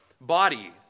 body